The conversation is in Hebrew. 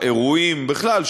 האירועים בכלל,